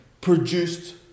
produced